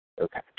Okay